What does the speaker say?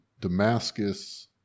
damascus